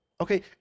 Okay